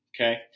okay